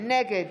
נגד